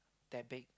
that big